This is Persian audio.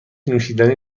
نوشیدنی